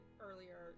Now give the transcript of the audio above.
earlier